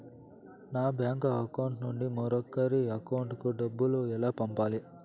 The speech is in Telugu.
నా బ్యాంకు అకౌంట్ నుండి మరొకరి అకౌంట్ కు డబ్బులు ఎలా పంపాలి